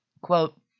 Quote